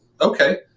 Okay